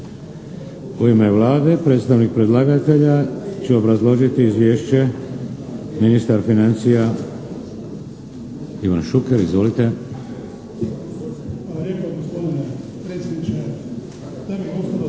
U ime Vlade, predstavnik predlagatelja će obrazložiti izvješće ministar financija, Ivan Šuker. Izvolite. **Šuker, Ivan (HDZ)** Hvala